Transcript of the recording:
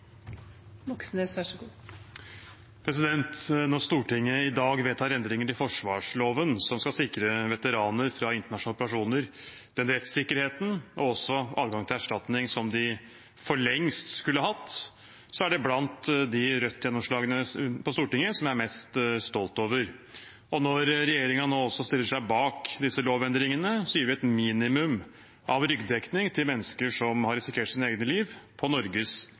Når Stortinget i dag vedtar endringer i forsvarsloven som skal sikre veteraner fra internasjonale operasjoner den rettssikkerheten og adgangen til erstatning som de for lengst skulle hatt, er det blant de Rødt-gjennomslagene på Stortinget som jeg er mest stolt over. Når regjeringen nå også stiller seg bak disse lovendringene, gir vi et minimum av ryggdekning til mennesker som har risikert sitt eget liv på Norges